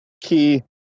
key